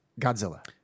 Godzilla